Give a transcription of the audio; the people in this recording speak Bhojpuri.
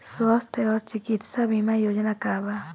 स्वस्थ और चिकित्सा बीमा योजना का बा?